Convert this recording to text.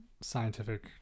scientific